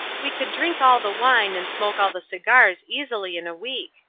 we could drink all the wine and smoke all the cigars easily in a week,